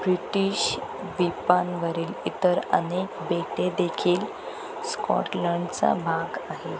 British द्वीपांवरील इतर अनेक बेटेदेखील स्कॉटलंडचा भाग आहे